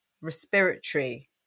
respiratory